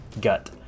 gut